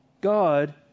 God